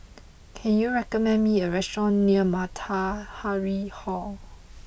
can you recommend me a restaurant near Matahari Hall